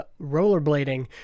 rollerblading